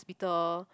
~pital